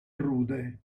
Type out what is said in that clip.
rude